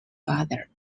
father